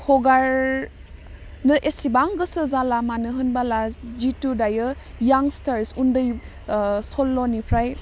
हगारनो एसेबां गोसो जाला मानो होनबाला जिथु दायो इयांस्टार्स उन्दै सल्लनिफ्राय